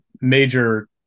major